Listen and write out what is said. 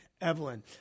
Evelyn